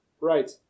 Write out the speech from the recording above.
Right